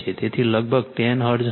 તેથી આ લગભગ 10 હર્ટ્ઝ હશે